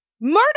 murder